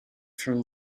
from